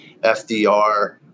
FDR